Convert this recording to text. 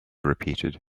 repeated